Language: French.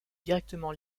directement